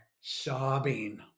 sobbing